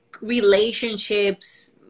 relationships